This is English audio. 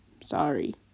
Sorry